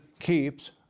keeps